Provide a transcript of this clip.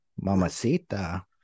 Mamacita